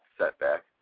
setback